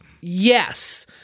Yes